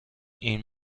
این